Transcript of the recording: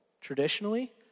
traditionally